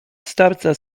starca